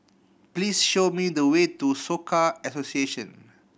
please show me the way to Soka Association